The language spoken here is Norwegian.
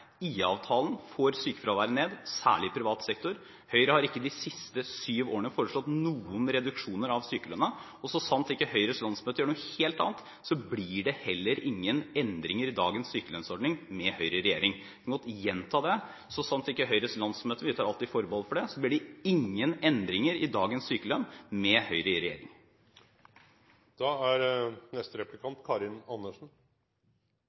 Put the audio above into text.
får sykefraværet ned, særlig i privat sektor. Høyre har ikke foreslått noen reduksjoner av sykelønnen de siste syv årene, og så sant ikke Høyres landsmøte vedtar noe helt annet, blir det heller ingen endringer i dagens sykelønnsordning med Høyre i regjering. Jeg kan godt gjenta det: Så sant Høyres landsmøte ikke vedtar noe annet – vi tar alltid forbehold om det – blir det ingen endringer i dagens sykelønn med Høyre i regjering.